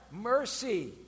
mercy